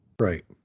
Right